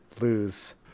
lose